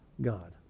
God